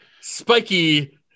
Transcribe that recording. spiky